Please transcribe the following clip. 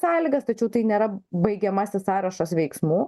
sąlygas tačiau tai nėra baigiamasis sąrašas veiksmų